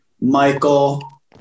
Michael